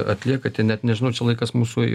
atliekate net nežinau čia laikas mūsų